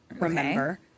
remember